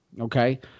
Okay